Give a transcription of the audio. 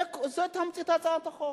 זו תמצית הצעת החוק.